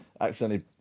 accidentally